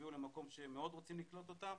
שיגיעו למקום בו מאוד רוצים לקלוט אותם